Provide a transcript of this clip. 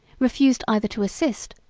refused either to assist,